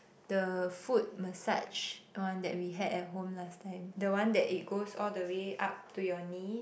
the foot massage one that we had at home last time the one that it goes all the way up to your knee